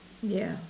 ya